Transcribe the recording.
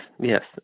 yes